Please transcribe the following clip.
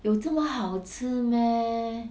有这么好吃 meh